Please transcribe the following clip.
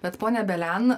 bet ponia belian